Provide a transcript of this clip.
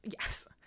yes